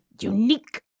unique